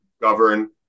govern